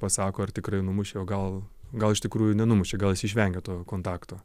pasako ar tikrai numušei o gal gal iš tikrųjų nenumušei gal jis išvengė to kontakto